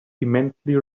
immensely